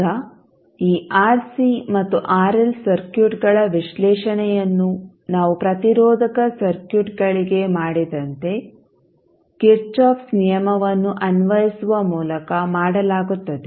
ಈಗ ಈ ಆರ್ಸಿ ಮತ್ತು ಆರ್ಎಲ್ ಸರ್ಕ್ಯೂಟ್ಗಳ ವಿಶ್ಲೇಷಣೆಯನ್ನು ನಾವು ಪ್ರತಿರೋಧಕ ಸರ್ಕ್ಯೂಟ್ಗಳಿಗೆ ಮಾಡಿದಂತೆ ಕಿರ್ಚಾಫ್ಸ್kirchhoffs ನಿಯಮವನ್ನು ಅನ್ವಯಿಸುವ ಮೂಲಕ ಮಾಡಲಾಗುತ್ತದೆ